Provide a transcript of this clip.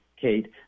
Kate